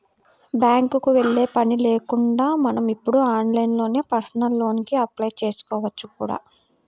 బ్యాంకుకి వెళ్ళే పని కూడా లేకుండా మనం ఇప్పుడు ఆన్లైన్లోనే పర్సనల్ లోన్ కి అప్లై చేసుకోవచ్చు కూడా